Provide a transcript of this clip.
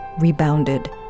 rebounded